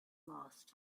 lost